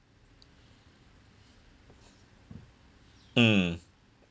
mm